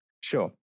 Sure